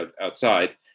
outside